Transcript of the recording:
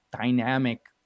dynamic